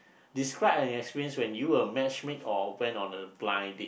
describe an experience when you match make or went on a blind date